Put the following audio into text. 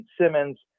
Simmons